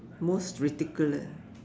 most ridiculous